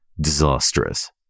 disastrous